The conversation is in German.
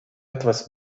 etwas